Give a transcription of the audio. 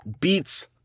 beats